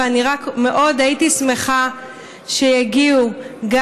אבל אני רק מאוד הייתי שמחה שיגיעו גם